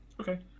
Okay